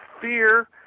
fear